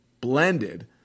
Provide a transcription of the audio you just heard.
blended